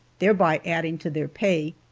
thereby adding to their pay,